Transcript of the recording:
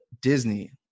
Disney